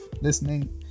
Listening